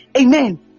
Amen